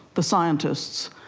the scientists,